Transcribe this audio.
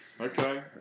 Okay